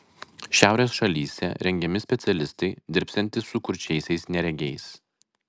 šiaurės šalyse rengiami specialistai dirbsiantys su kurčiaisiais neregiais